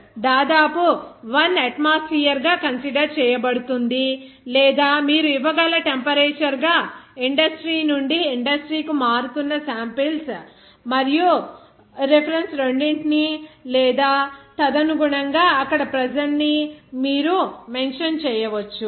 67 ఇప్పుడు ప్రెజర్ దాదాపు 1 అట్మాస్ఫియర్ గా కన్సిడర్ చేయబడుతుంది లేదా మీరు ఇవ్వగల టెంపరేచర్ గా ఇండస్ట్రీ నుండి ఇండస్ట్రీ కు మారుతున్న సాంపిల్స్ మరియు రెఫరెన్సెస్ రెండింటిని లేదా తదనుగుణంగా అక్కడ ప్రెజర్ ని మీరు మెన్షన్ చేయవచ్చు